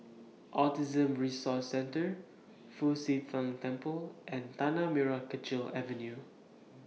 Autism Resource Centre Fu Xi Tang Temple and Tanah Merah Kechil Avenue